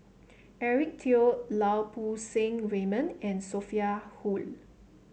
Eric Teo Lau Poo Seng Raymond and Sophia Hull